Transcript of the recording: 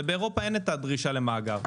ובאירופה אין את הדרישה למאגר.